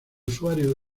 usuario